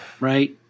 Right